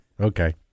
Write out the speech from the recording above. Okay